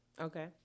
Okay